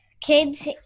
kids